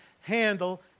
handle